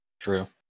True